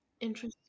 Interesting